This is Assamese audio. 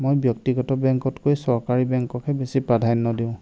মই ব্যক্তিগত বেংকতকৈ চৰকাৰী বেংককহে বেছি প্ৰাধান্য দিওঁ